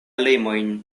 limojn